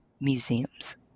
museums